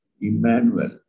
Emmanuel